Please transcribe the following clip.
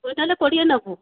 କୁଇଣ୍ଟଲେ କୋଡ଼ିଏ ନେବୁ